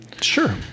Sure